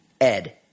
Ed